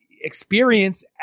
experience